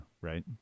right